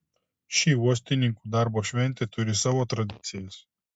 ši uostininkų darbo šventė turi savo tradicijas